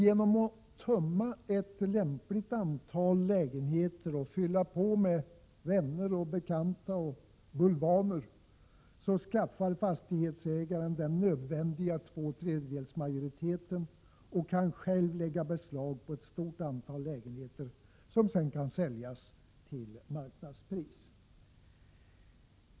Genom att tömma ett lämpligt antal lägenheter och fylla med vänner, bekanta och bulvaner skaffar fastighetsägaren den nödvändiga två tredjedels majoriteten och kan själv lägga beslag på ett stort antal lägenheter, som sedan kan säljas till marknadspriser.